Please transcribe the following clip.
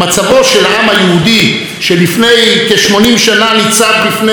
שלפני כ-80 שנה ניצב בפני סכנת הכחדה,